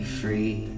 free